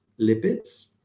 lipids